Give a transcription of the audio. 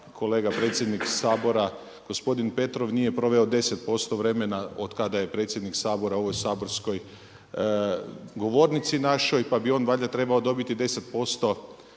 kolega predsjednik Sabora gospodin Petrov nije proveo 10% vremena od kada je predsjednik Sabora u ovoj saborskoj govornici našoj, pa bi on valjda trebao dobiti 10%